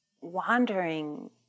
wandering